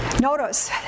notice